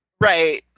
right